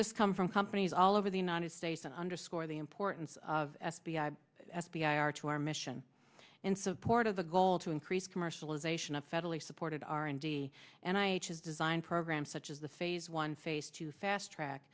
this come from companies all over the united states and underscore the importance of f b i f b i our to our mission in support of the goal to increase commercialization of federally supported r and d and i design programs such as the phase one phase two fast track